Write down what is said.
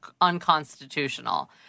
unconstitutional